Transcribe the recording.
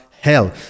hell